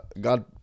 God